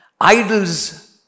idols